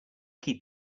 keep